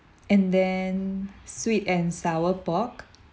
and then sweet and sour pork